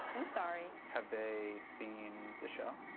i'm sorry. have they seen the show?